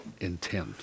Intent